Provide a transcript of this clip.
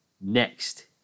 Next